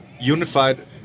Unified